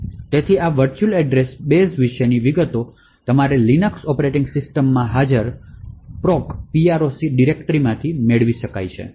તેથી આ virtual address base વિશેની વિગતો તમારી લિનક્સ ઑપરેટિંગ સિસ્ટમ્સમાં હાજર proc ડિરેક્ટરીમાંથી મેળવી શકાય છે